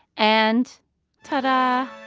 and ta-da.